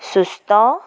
ସୁସ୍ଥ